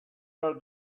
were